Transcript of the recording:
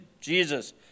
Jesus